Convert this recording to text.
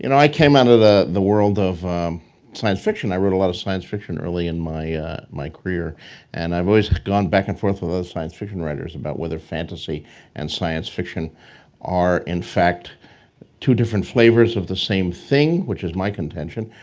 and i came out of the the world of science fiction. i wrote a lot of science fiction early in my my career and i've always gone back and forth with those science fiction writers about whether fantasy and science fiction are in fact two different flavors of the same thing, which is my contention,